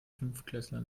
fünftklässler